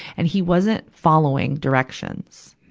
and he wasn't following directions.